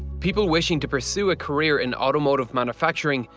people wishing to pursue a career in automotive manufacturing,